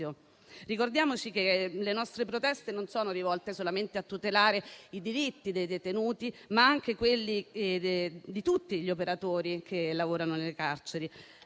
Ricordiamoci che le nostre proteste non sono rivolte solamente a tutelare i diritti dei detenuti, ma anche quelli di tutti gli operatori che lavorano nelle carceri.